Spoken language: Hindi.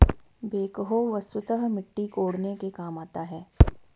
बेक्हो वस्तुतः मिट्टी कोड़ने के काम आता है